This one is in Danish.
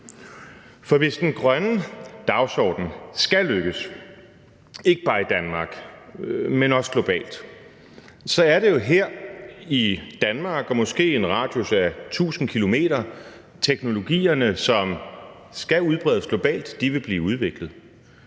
For hvis den grønne dagsorden skal lykkes, ikke bare i Danmark, men også globalt, så er det jo her i Danmark og måske i en radius af 1.000 km herfra, at teknologierne, som skal udbredes globalt, vil blive udviklet,